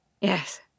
Yes